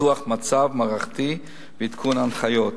ניתוח מצב מערכתי ועדכון הנחיות.